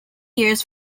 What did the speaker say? years